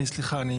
סליחה.